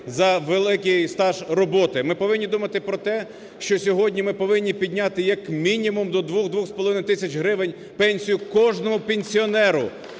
за великий стаж роботи. Ми повинні думати про те, що сьогодні ми повинні підняти, як мінімум, до 2-2,5 тисяч гривень пенсію кожному пенсіонеру,